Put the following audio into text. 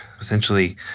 essentially